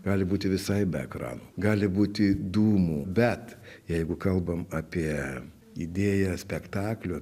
gali būti visai be ekranų gali būti dūmų bet jeigu kalbam apie idėją spektaklio